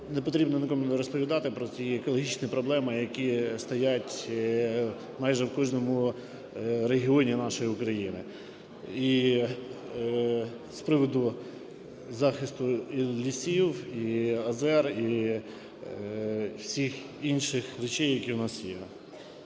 не потрібно нікому розповідати про ті екологічні проблеми, які стоять майже в кожному регіоні нашої України і з приводу захисту і лісів, і озер, і всіх інших речей, які у нас є.